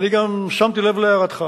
אני גם שמתי לב להערתך